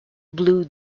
blue